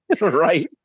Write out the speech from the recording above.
Right